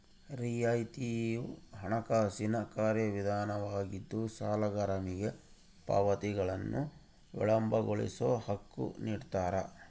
ರಿಯಾಯಿತಿಯು ಹಣಕಾಸಿನ ಕಾರ್ಯವಿಧಾನವಾಗಿದ್ದು ಸಾಲಗಾರನಿಗೆ ಪಾವತಿಗಳನ್ನು ವಿಳಂಬಗೊಳಿಸೋ ಹಕ್ಕು ನಿಡ್ತಾರ